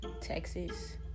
Texas